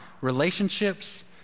relationships